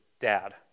dad